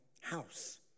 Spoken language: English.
house